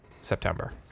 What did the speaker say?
September